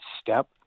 step